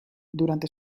durante